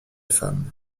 femme